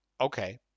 okay